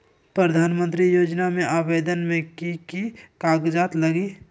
प्रधानमंत्री योजना में आवेदन मे की की कागज़ात लगी?